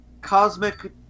cosmic